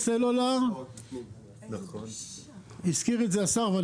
השר הזכיר את זה את המקום שלנו בעולם,